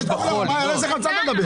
על איזה חמצן אתה מדבר?